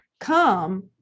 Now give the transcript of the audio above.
come